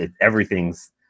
everything's